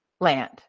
land